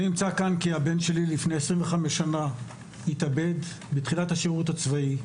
אני נמצא כאן כי הבן שלי התאבד לפני 25 שנה כשהיה בתחילת השירות הצבאי.